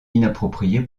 inappropriée